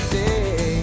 day